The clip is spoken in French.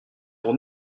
pour